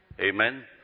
Amen